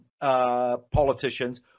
politicians